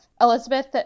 Elizabeth